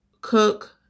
cook